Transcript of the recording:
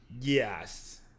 yes